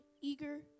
eager